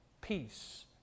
peace